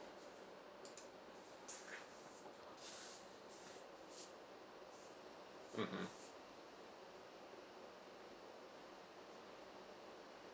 mmhmm